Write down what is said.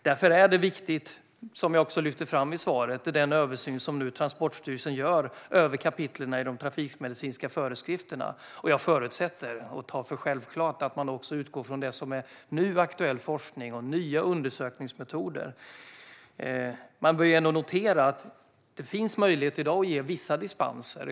Därför är det viktigt, som jag lyfte fram i svaret, med den översyn som nu Transportstyrelsen gör över detta kapitel i de trafikmedicinska föreskrifterna. Jag förutsätter, och tar för självklart, att man också utgår från det som nu är aktuell forskning och nya undersökningsmetoder. Man bör notera att det i dag finns möjlighet att ge vissa dispenser.